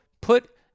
put